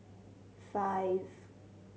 five